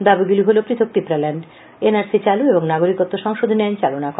দাবিগুলি হলো পৃথক তিপরাল্যান্ড এনআরসি চালু এবং নাগরিকত্ব সংশোধনী আইন চালু না করা